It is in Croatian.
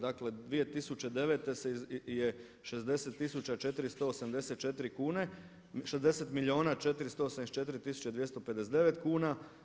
Dakle, 2009. je 60484 kune, 60 milijuna 484 tisuće 259 kuna.